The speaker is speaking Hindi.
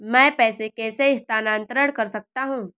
मैं पैसे कैसे स्थानांतरण कर सकता हूँ?